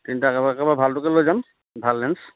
তিনটা কেমেৰা একেবাৰে ভালটোকে লৈ যাম ভাল লেন্স